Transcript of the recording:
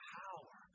power